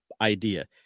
idea